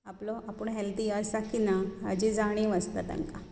आपलो आपूण हॅल्थी आसा की ना हाची जाणीव आसता तांकां